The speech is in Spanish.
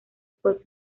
por